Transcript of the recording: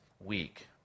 week